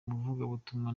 muvugabutumwa